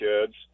kids